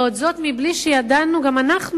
וזאת מבלי שידענו גם אנחנו